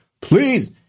please